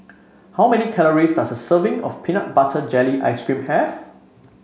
how many calories does a serving of Peanut Butter Jelly Ice cream have